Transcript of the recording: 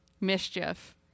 mischief